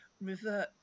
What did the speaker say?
revert